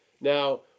Now